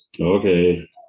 Okay